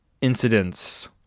incidents